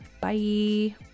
bye